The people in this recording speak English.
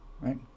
right